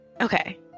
Okay